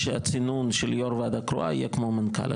שהצינון של יו"ר ועדה קרואה יהיה כמו מנכ"ל.